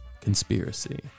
conspiracy